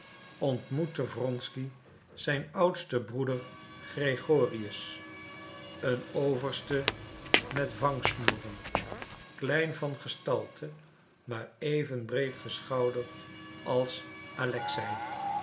ontmoette wronsky zijn oudsten broeder gregorius een overste met vangsnoeren klein van gestalte maar even breed geschouderd als